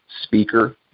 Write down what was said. speaker